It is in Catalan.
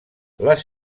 les